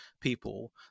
people